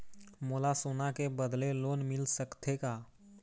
मोला सोना के बदले लोन मिल सकथे का?